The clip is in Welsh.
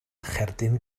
cherdyn